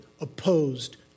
opposed